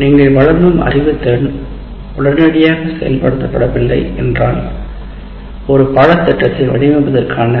நீங்கள் வழங்கும் அறிவுத்திறன் உடனடியாக செயல்படுத்தப்படவில்லை என்பது ஒரு பாடத்திட்டத்தை வடிவமைப்பதற்கான